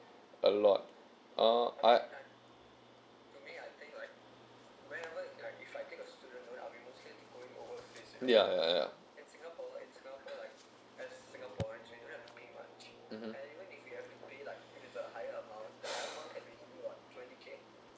a lot uh I ya ya ya (uh huh)